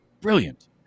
Brilliant